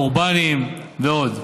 אורבניים ועוד,